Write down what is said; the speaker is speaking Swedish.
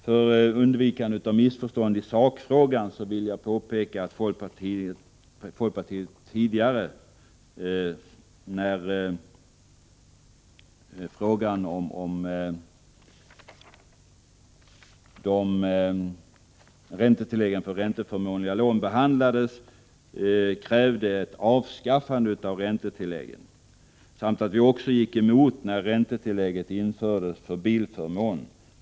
För undvikande av missförstånd i sakfrågan vill jag påpeka att folkpartiet tidigare, när frågan om räntetilläggen för ränteförmånliga lån behandlades, krävde ett avskaffande av räntetilläggen samt att vi var motståndare när räntetilläggen infördes för bilförmån.